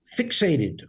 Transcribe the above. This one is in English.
fixated